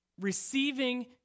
receiving